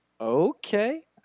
okay